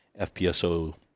FPSO